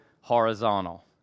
horizontal